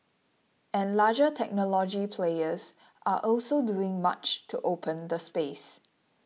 and larger technology players are also doing much to open the space